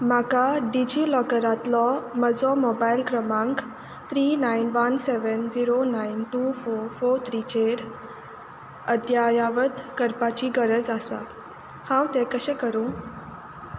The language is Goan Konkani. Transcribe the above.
म्हाका डिजी लॉकरांतलो म्हजो मोबायल क्रमांक three nine one seven zero nine two four four थ्रीचेर अद्यावत करपाची गरज आसा हांव तें कशें करूं